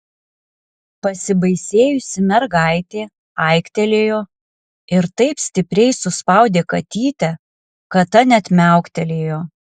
pasibaisėjusi mergaitė aiktelėjo ir taip stipriai suspaudė katytę kad ta net miauktelėjo